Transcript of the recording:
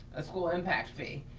a school impact fee.